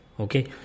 okay